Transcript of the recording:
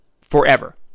forever